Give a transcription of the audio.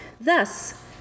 Thus